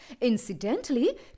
Incidentally